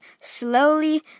slowly